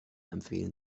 empfehlen